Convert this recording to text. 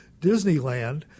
Disneyland